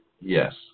Yes